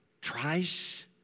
tries